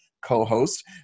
co-host